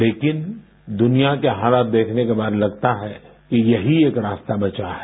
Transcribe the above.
लेकिन द्रनिया के हालात देखने के बाद लगता है कि यही एक रास्ता बचा है